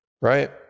Right